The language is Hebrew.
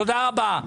תודה רבה.